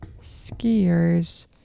skiers